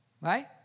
Right